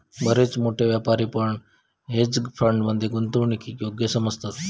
बरेच मोठे व्यापारी पण हेज फंड मध्ये गुंतवणूकीक योग्य समजतत